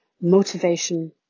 motivation